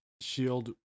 shield